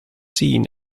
seen